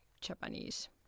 Japanese